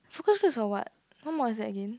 focus group is for what what mod is that again